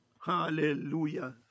Hallelujah